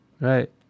right